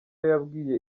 yabwiye